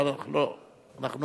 אבל אנחנו רוצים